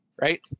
right